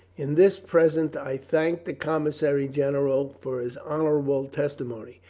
in this present i thank the commissary general for his honorable testimony.